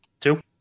Two